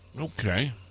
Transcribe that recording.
Okay